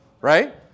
right